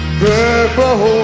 Purple